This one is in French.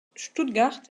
stuttgart